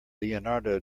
leonardo